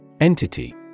Entity